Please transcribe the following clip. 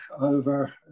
over